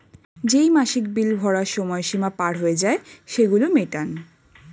যেই মাসিক বিল ভরার সময় সীমা পার হয়ে যায়, সেগুলো মেটান